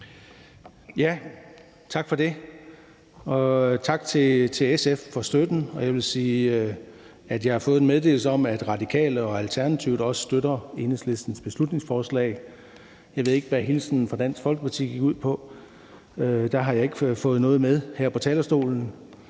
Tak for det, og tak til SF for støtten. Jeg vil sige, at jeg har fået en meddelelse om, at Radikale og Alternativet også støtter Enhedslistens beslutningsforslag. Jeg ved ikke, hvad hilsnen fra Dansk Folkeparti gik ud på. Der har jeg ikke fået noget med her på talerstolen.